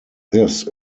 this